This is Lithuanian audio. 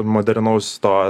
modernaus to